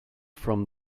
from